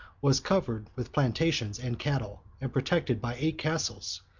was covered with plantations and cattle, and protected by eight castles,